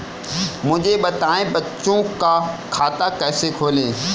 मुझे बताएँ बच्चों का खाता कैसे खोलें?